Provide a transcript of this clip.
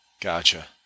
gotcha